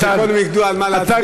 שקודם ידעו על מה להצביע,